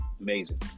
amazing